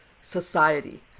society